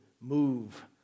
move